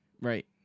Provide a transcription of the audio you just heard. Right